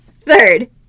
third